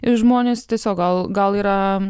ir žmonės tiesiog gal gal yra